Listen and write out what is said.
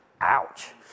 Ouch